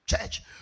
Church